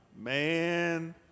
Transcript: Man